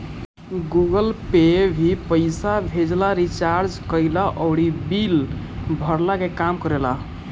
Google Pay भी पईसा भेजला, रिचार्ज कईला अउरी बिल भरला के काम करेला